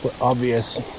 obvious